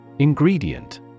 Ingredient